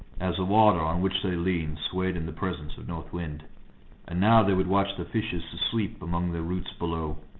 as the water on which they leaned swayed in the presence of north wind and now they would watch the fishes asleep among their roots below.